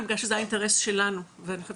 אלא בגלל שזה האינטרס שלנו ואני חושבת